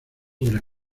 obras